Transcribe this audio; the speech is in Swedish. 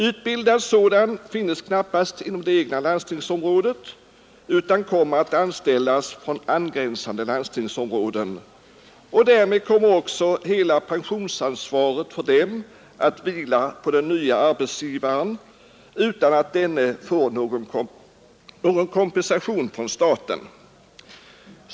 Utbildad sådan finns knappast inom det egna landstingsområdet utan kommer att anställas från angränsande landstingsområden, och därmed kommer också hela pensionsansvaret för personalen att vila på den nye arbetsgivaren utan att denne får någon kompensation från staten.